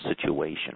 situation